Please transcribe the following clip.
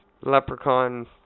leprechaun